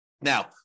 Now